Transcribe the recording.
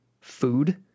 food